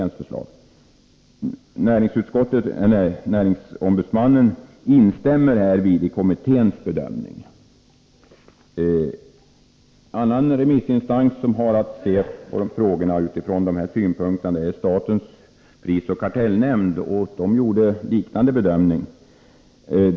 NO instämmer härvid i kommitténs bedömning.” En remissinstans som har att se på frågorna ur motsvarande synpunkter är statens prisoch kartellnämnd, och den har också gjort en liknande bedömning.